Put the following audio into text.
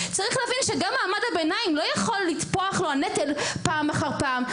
צריך להבין שגם מעמד הביניים לא יכול לטפוח לו הנטל פעם אחר פעם.